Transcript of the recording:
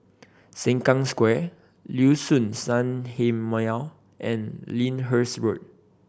Sengkang Square Liuxun Sanhemiao and Lyndhurst Road